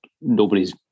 nobody's